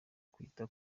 kwita